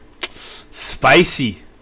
Spicy